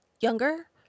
younger